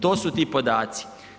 To su ti podaci.